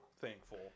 thankful